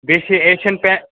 بیٚیہِ چھِ Asian paint